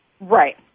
Right